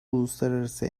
uluslararası